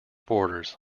borders